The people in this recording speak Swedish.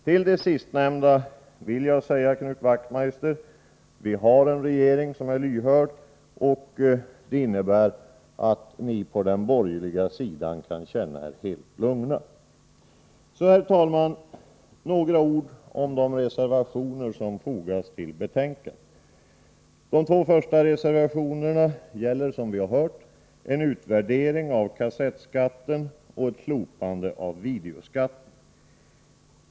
Till det sistnämnda vill jag säga, Knut Wachtmeister, att vi har en regering som är lyhörd, vilket innebär att ni på den borgerliga sidan kan känna er helt lugna. Så några ord om de reservationer som fogats till betänkandet. De två första reservationerna gäller, som vi har hört, en utvärdering av kassettskatten och ett slopande av videoskatten.